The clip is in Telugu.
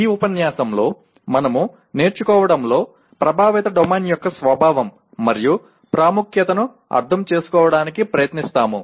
ఈ ఉపన్యాసంలో మనము నేర్చుకోవడంలో ప్రభావిత డొమైన్ యొక్క స్వభావం మరియు ప్రాముఖ్యతను అర్థం చేసుకోవడానికి ప్రయత్నిస్తాము